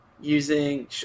using